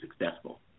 successful